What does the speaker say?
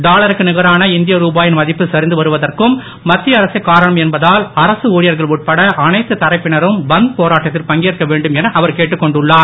டாலருக்கு நிகரான இந்திய ருபாயின் மதிப்பு சரிந்து வருவதற்கும் மத்திய அரசே காரணம் என்பதால் அரசு ஊழியர்கள் உட்பட அனைத்து தரப்பினரும் பந்த் போராட்டத்தில் பங்கேற்க வேண்டும் என அவர் கேட்டுக் கொண்டுள்ளார்